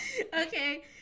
Okay